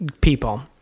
people